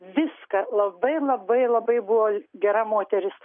viską labai labai labai buvo gera moteris